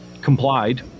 complied